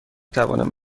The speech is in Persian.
توانم